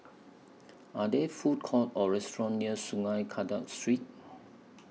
Are There Food Courts Or restaurants near Sungei Kadut Street